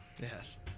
Yes